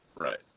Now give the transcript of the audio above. right